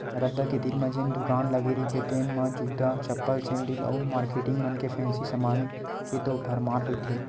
रद्दा के तीर म जेन दुकान लगे रहिथे तेन म जूता, चप्पल, सेंडिल अउ मारकेटिंग मन के फेंसी समान के तो भरमार रहिथे